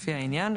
לפי העניין,